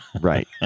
right